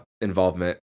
involvement